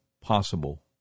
possible